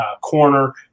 corner